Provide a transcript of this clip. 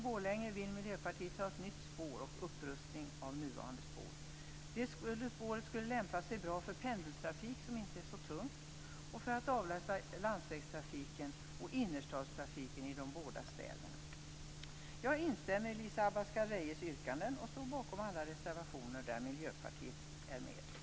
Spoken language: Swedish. Borlänge och upprustning av nuvarande spår. Det spåret skulle lämpa sig bra för pendeltrafik, som inte är så tung, och för att avlasta landsvägstrafiken och innerstadstrafiken i de båda städerna. Jag instämmer i Elisa Abascal Reyes yrkanden och står bakom alla reservationer där Miljöpartiet är med.